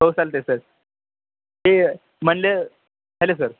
हो चालते सर हे मनलं हलो सर